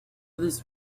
this